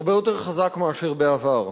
הרבה יותר חזק מאשר בעבר.